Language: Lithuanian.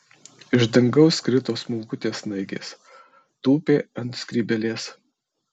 iš dangaus krito smulkutės snaigės tūpė ant skrybėlės